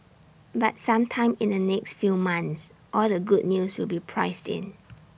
but sometime in the next few months all the good news will be priced in